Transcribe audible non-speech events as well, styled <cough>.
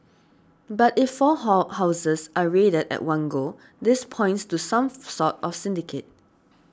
but if four hall houses are raided at one go this points to some <hesitation> sort of syndicate